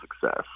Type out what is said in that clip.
success